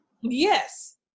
yes